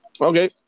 Okay